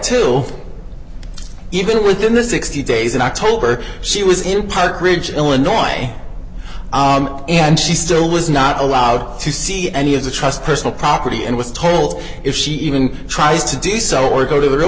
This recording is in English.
till even within the sixty days in october she was in park ridge illinois and she still was not allowed to see any of the trust personal property and was told if she even tries to do so or go to the real